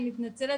אני מתנצלת,